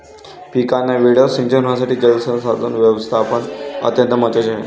पिकांना वेळेवर सिंचन होण्यासाठी जलसंसाधन व्यवस्थापन अत्यंत महत्त्वाचे आहे